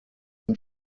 when